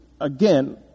again